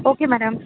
okay ma'am